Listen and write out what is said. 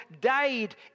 died